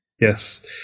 yes